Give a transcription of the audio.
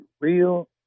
real